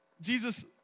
Jesus